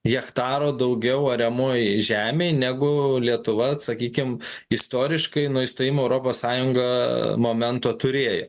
jechtaro daugiau ariamojoj žemėj negu lietuva sakykim istoriškai nuo įstojimo į europos sąjungą momento turėjo